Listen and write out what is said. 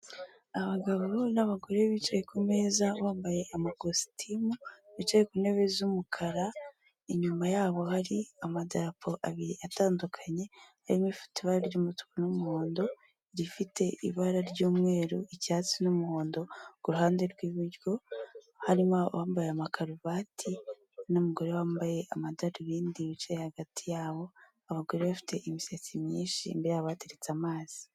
Abagabo n'abagore bicaye ku meza bambaye amakositimu bicaye ku ntebe z'umukara, inyuma yabo hari amadapo abiri atandukanye harimo irifite ibara ry'umutuku n'umuhondo, rifite ibara ry'umweru icyatsi n'umuhondo, kuruhande rw'iburyo harimo abambaye amakaruvati, n'umugore wambaye amadarubindi bicaye, hagati yabo abagore bafite imisatsi myinshi imbere yabo hateretse amazi.